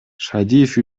шадиев